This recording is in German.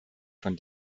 von